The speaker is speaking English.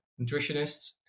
nutritionists